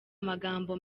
amagambo